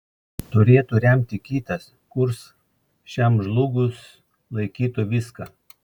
turėtų remti kitas kurs šiam žlugus laikytų viską